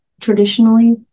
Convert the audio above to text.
traditionally